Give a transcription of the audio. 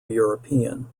european